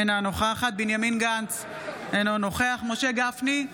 אינה נוכחת בנימין גנץ, אינו נוכח משה גפני,